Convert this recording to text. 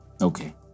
Okay